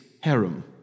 harem